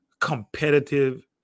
competitive